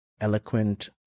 eloquent